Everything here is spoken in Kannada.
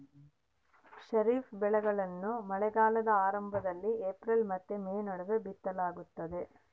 ಖಾರಿಫ್ ಬೆಳೆಗಳನ್ನ ಮಳೆಗಾಲದ ಆರಂಭದಲ್ಲಿ ಏಪ್ರಿಲ್ ಮತ್ತು ಮೇ ನಡುವೆ ಬಿತ್ತಲಾಗ್ತದ